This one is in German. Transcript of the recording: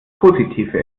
positive